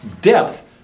depth